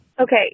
Okay